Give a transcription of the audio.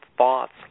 thoughts